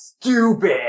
stupid